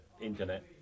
internet